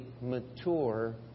mature